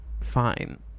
fine